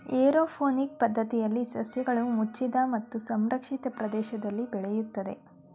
aeroponic ಪದ್ಧತಿಯಲ್ಲಿ ಸಸ್ಯಗಳು ಮುಚ್ಚಿದ ಮತ್ತು ಸಂರಕ್ಷಿತ ಪ್ರದೇಶದಲ್ಲಿ ಬೆಳೆಯುತ್ತದೆ